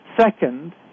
Second